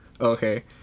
Okay